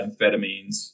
amphetamines